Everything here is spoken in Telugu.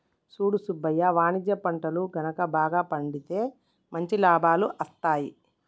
సూడు సుబ్బయ్య వాణిజ్య పంటలు గనుక బాగా పండితే మంచి లాభాలు అస్తాయి